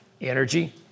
Energy